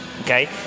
okay